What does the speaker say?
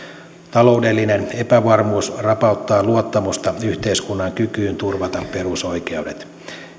taloudellinen epävarmuus rapauttaa luottamusta yhteiskunnan kykyyn turvata perusoikeudet